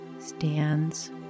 stands